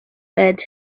bed